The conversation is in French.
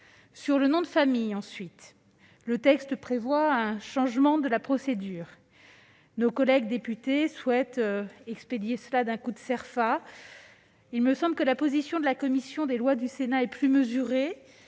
Sur le nom de famille, ensuite, le texte prévoit un changement de la procédure. Nos collègues députés souhaitent expédier le changement de nom d'un coup de formulaire Cerfa ; il me semble que la position de la commission des lois du Sénat était plus mesurée,